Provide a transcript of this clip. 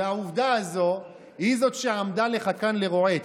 והעובדה הזו היא זאת שעמדה לך כאן לרועץ,